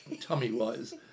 tummy-wise